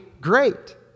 great